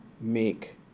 make